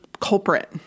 culprit